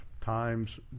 times